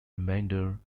remainder